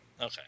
Okay